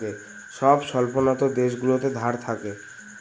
সব স্বল্পোন্নত দেশগুলোতে ধার থাকে